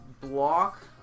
block